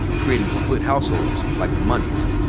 creating split households like the moneys.